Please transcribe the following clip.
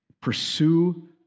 pursue